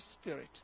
Spirit